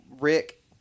Rick